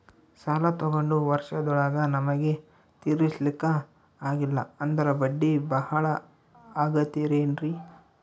ಸಾಲ ತೊಗೊಂಡು ವರ್ಷದೋಳಗ ನಮಗೆ ತೀರಿಸ್ಲಿಕಾ ಆಗಿಲ್ಲಾ ಅಂದ್ರ ಬಡ್ಡಿ ಬಹಳಾ ಆಗತಿರೆನ್ರಿ?